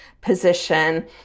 position